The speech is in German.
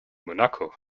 monaco